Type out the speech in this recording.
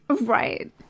right